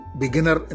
beginner